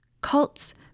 Cults